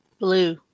Blue